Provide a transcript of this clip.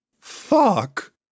Fuck